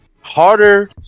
harder